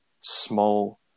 small